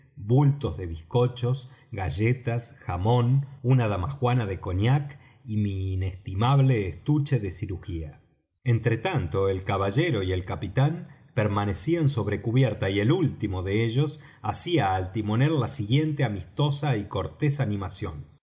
bultos de bizcochos galletas jamón una damajuana de cognac y mi inestimable estuche de cirujía entre tanto el caballero y el capitán permanecían sobre cubierta y el último de ellos hacía al timonel la siguiente amistosa y cortés intimación